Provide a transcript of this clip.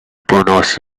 pronounce